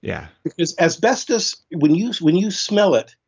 yeah because, asbestos, when you smell it,